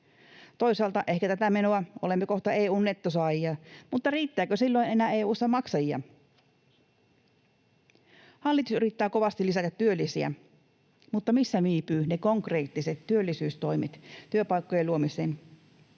Toisaalta ehkä tätä menoa olemme kohta EU:n nettosaajia, mutta riittääkö silloin enää EU:ssa maksajia? Hallitus yrittää kovasti lisätä työllisiä, mutta missä viipyvät ne konkreettiset työllisyystoimet työpaikkojen luomiseen?